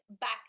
back